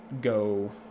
go